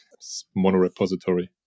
monorepository